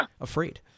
afraid